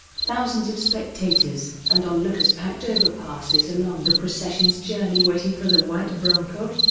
thousands of spectators and on-lookers packed overpasses along the procession's journey waiting for the white bronco.